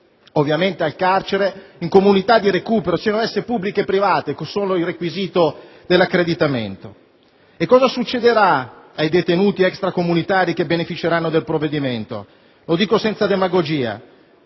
alternativi al carcere, in comunità di recupero, siano esse pubbliche o private, con il solo requisito dell'accreditamento. Cosa succederà ai detenuti extracomunitari che beneficeranno del provvedimento? Lo dico senza demagogia: